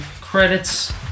credits